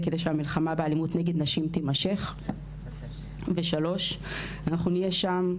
כדי שהמלחמה באלימות נגד נשים תימשך; 3) אנחנו נהיה שם,